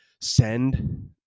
send